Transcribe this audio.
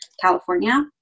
California